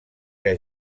que